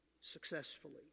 successfully